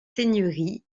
seigneuries